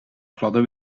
gladde